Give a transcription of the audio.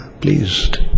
pleased